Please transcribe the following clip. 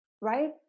right